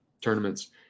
tournaments